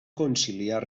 conciliar